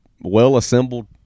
well-assembled